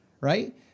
right